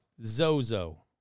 Zozo